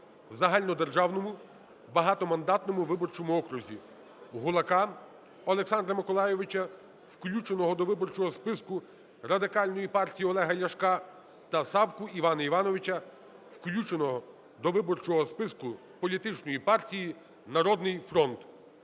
загальнодержавному багатомандатному виборчому окрузі: Гулака Олександра Миколайовича, включеного до виборчого списку Радикальної партії Олега Ляшка, та Савку Івана Івановича, включеного до виборчого списку політичної партії "Народний фронт".